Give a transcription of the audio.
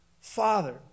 father